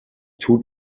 two